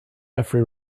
jeffery